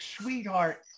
sweetheart